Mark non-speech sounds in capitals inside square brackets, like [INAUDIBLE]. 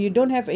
[NOISE]